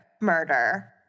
murder